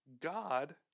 God